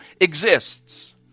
exists